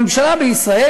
הממשלה בישראל,